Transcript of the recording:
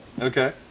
Okay